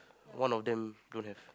one of them don't have